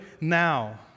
now